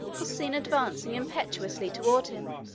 was seen advancing impetuously toward him,